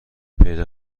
پیدا